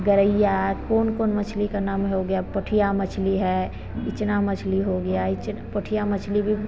गरैया कोन कोन मछली का नाम हो गया पोठिया मछली है इचना मछली हो गया इच पोठिया मछली भी